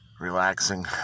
relaxing